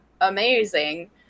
amazing